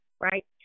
right